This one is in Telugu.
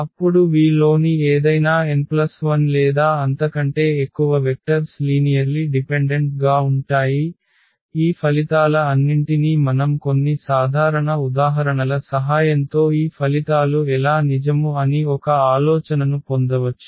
అప్పుడు V లోని ఏదైనా n 1 లేదా అంతకంటే ఎక్కువ వెక్టర్స్ లీనియర్లి డిపెండెంట్ గా ఉంటాయి ఈ ఫలితాల అన్నింటినీ మనం కొన్ని సాధారణ ఉదాహరణల సహాయంతో ఈ ఫలితాలు ఎలా నిజము అని ఒక ఆలోచనను పొందవచ్చు